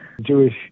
Jewish